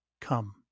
come